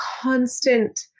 constant